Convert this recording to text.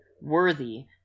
worthy